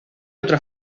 otra